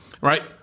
right